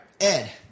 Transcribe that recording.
Ed